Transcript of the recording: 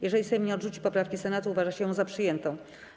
Jeżeli Sejm nie odrzuci poprawki Senatu, uważa się ją za przyjętą.